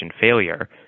failure